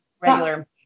regular